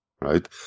right